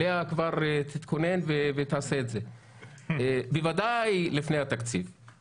לאה כבר תתכונן ותעשה את זה בוודאי לפני התקציב.